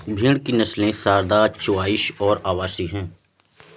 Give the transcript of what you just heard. भेड़ की नस्लें सारदा, चोइस और अवासी हैं